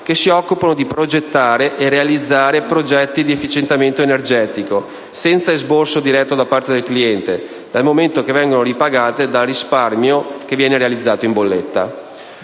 che si occupano di progettare e realizzare progetti di efficientamento energetico senza esborso diretto da parte del cliente, dal momento che vengono ripagate da risparmio realizzato in bolletta.